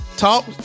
Talk